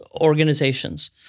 organizations